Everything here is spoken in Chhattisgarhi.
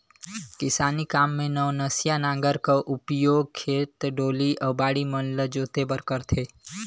किसानी काम मे नवनसिया नांगर कर उपियोग खेत, डोली अउ बाड़ी मन ल जोते बर करथे